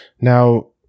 Now